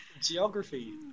Geography